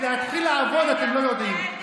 כי להתחיל לעבוד אתם לא יודעים.